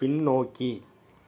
பின்னோக்கி